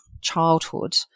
childhood